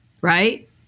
Right